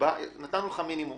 נתנו לך מינימום